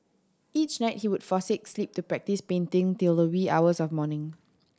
each night he would forsake sleep to practise painting till the wee hours of morning